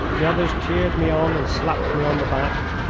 the others cheered me on and slapped me on the back.